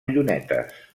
llunetes